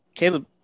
Caleb